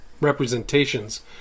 representations